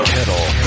Kettle